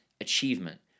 achievement